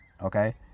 okay